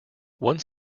one